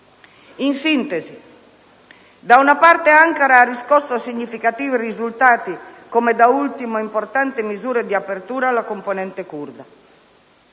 In sintesi, da una parte Ankara ha riscosso significativi risultati, come da ultimo importanti misure di apertura alla componente curda.